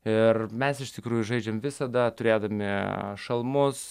ir mes iš tikrųjų žaidžiam visada turėdami šalmus